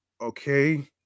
Okay